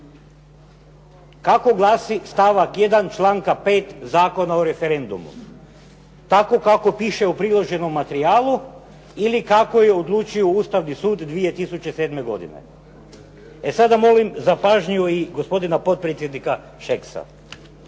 Kako glasi stavak 1. članka 5. Zakona o referendumu? Tako kako piše u priloženom materijalu ili kako je odlučio Ustavni sud 2007. godine. E sada molim za pažnju i gospodina potpredsjednika Šeksa.